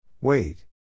Wait